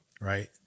right